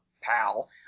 pal